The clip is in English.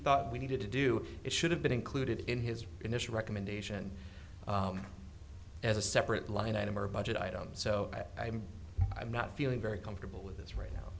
thought we needed to do it should have been included in his initial recommendation as a separate line item or a budget item so i'm i'm not feeling very comfortable with this right now